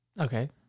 Okay